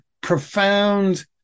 profound